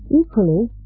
Equally